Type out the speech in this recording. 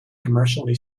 commercially